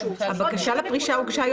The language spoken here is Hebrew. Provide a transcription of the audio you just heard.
הבקשה לפרישה הוגשה לפני.